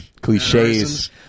cliches